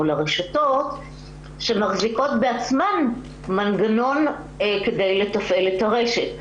או לרשתות שמחזיקות בעצמן מנגנון כדי לתפעל את הרשת.